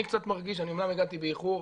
אני אמנם הגעתי באיחור,